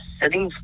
sitting